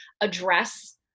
address